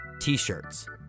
t-shirts